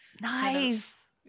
Nice